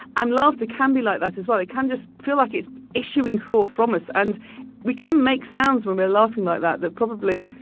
and laughter can be like that as well. it can just feel like it's issuing forth from us. and we can make sounds when we're laughing like that that probably,